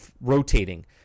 rotating